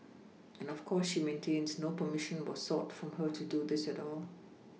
and of course she maintains no perMission was sought from her to do this at all